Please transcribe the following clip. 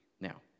Now